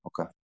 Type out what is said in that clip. Okay